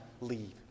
leave